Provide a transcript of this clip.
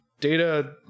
Data